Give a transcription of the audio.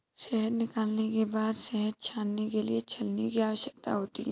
शहद निकालने के बाद शहद छानने के लिए छलनी की आवश्यकता होती है